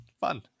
fun